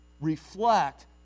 reflect